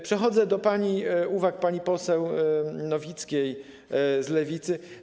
Przechodzę do uwag pani poseł Nowickiej z Lewicy.